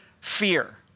fear